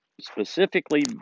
specifically